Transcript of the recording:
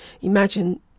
Imagine